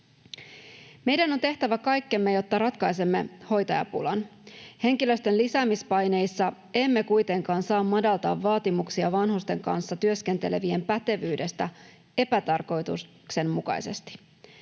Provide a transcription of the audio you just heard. Meidän on tehtävä kaikkemme, jotta ratkaisemme hoitajapulan. Henkilöstön lisäämispaineissa emme kuitenkaan saa madaltaa vaatimuksia vanhusten kanssa työskentelevien pätevyydestä epätarkoituksenmukaisesti.